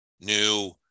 new